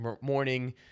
morning